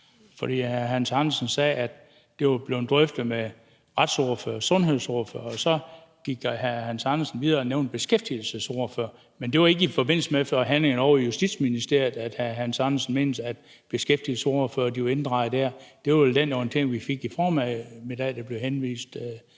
for Hr. Hans Andersen sagde, at det var blevet drøftet med retsordførere og sundhedsordførere. Og så gik hr. Hans Andersen videre og nævnte beskæftigelsesordførere. Men det var ikke i forbindelse med forhandlingerne ovre i Justitsministeriet, at hr. Hans Andersen mente, at beskæftigelsesordførerne var inddraget – det var vel den orientering, vi fik i formiddags, der blev henvist